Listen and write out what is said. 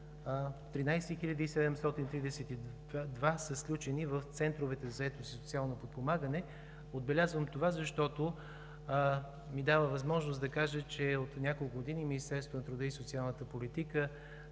13 732 са сключени в центровете за заетост и социално подпомагане. Отбелязвам това, защото ми дава възможност да кажа, че от няколко години Министерството на труда и социалната политика